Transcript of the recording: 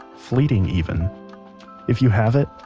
fleeting, even if you have it,